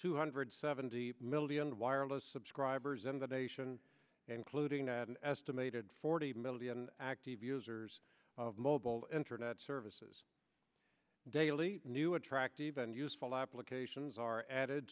two hundred seventy million wireless subscribers in the nation including at an estimated forty million active users of mobile internet services daily new attractive and useful applications are added